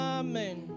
amen